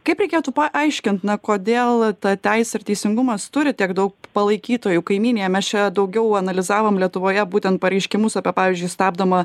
kaip reikėtų paaiškint na kodėl ta teisė ir teisingumas turi tiek daug palaikytojų kaimynėje mes čia daugiau analizavom lietuvoje būtent pareiškimus apie pavyzdžiui stabdomą